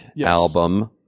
album